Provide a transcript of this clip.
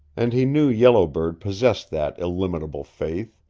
and he knew yellow bird possessed that illimitable faith,